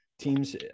teams